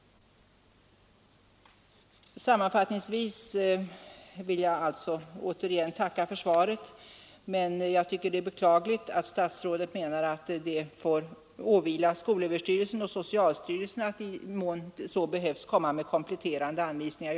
Sammanfattningsvis vill jag återigen tacka för svaret, men jag tycker det är beklagligt att statsrådet menar att det får åvila skolöverstyrelsen och socialstyrelsen att i den mån så behövs komma med kompletterande anvisningar.